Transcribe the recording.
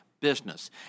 business